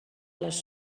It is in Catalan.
les